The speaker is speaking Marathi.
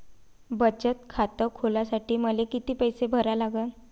बचत खात खोलासाठी मले किती पैसे भरा लागन?